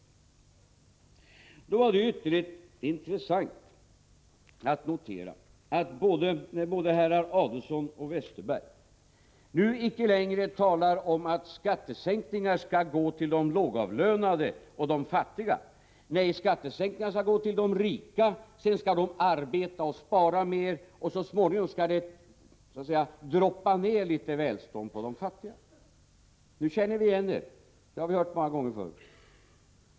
Det var mot denna bakgrund ytterligt intressant att notera att både herr Adelsohn och herr Westerberg nu icke längre talar om att skattesänkningen skall gå till de lågavlönade och fattiga. Nej, skattesänkningen skall gå till de rika. Sedan skall dessa arbeta och spara mer, och så småningom skall det så att säga droppa ned litet välstånd på de fattiga. Nu känner vi igen er. Detta har vi hört många gånger förr.